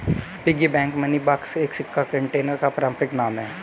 piggy bank money box एक सिक्का container का पारंपरिक नाम है